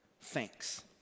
thanks